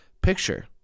picture